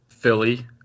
Philly